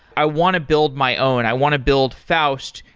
i want to build my own. i want to build faust,